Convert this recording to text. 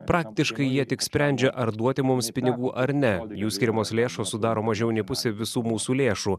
praktiškai jie tik sprendžia ar duoti mums pinigų ar ne jų skiriamos lėšos sudaro mažiau nei pusė visų mūsų lėšų